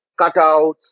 cutouts